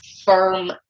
firm